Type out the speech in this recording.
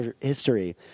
history